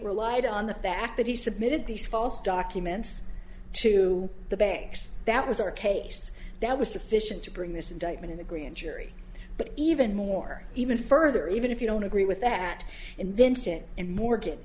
relied on the fact that he submitted these false documents to the banks that was our case that was sufficient to bring this indictment in a grand jury but even more even further even if you don't agree with that invented in mor